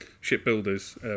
shipbuilders